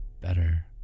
better